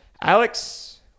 Alex